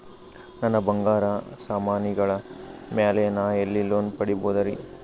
ನನ್ನ ಬಂಗಾರ ಸಾಮಾನಿಗಳ ಮ್ಯಾಲೆ ನಾ ಎಲ್ಲಿ ಲೋನ್ ಪಡಿಬೋದರಿ?